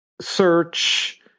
search